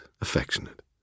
affectionate